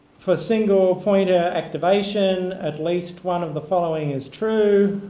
for single pointer activation at least one of the following is true.